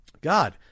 God